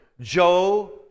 Joe